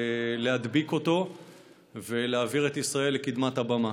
להדביק אותו ולהעביר את ישראל לקדמת הבמה.